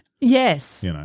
Yes